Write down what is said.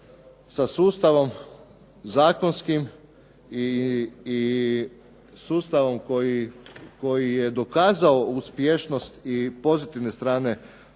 sa sustavom zakonski i sustavom koji je dokazao uspješnost i pozitivne strane